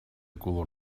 color